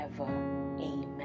Amen